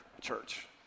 church